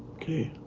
okay,